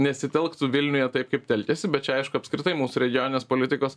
nesitelktų vilniuje tai kaip telkiasi bet čia aišku apskritai mūsų regioninės politikos